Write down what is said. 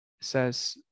says